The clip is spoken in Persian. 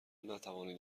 نتوانید